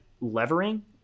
Levering